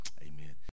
amen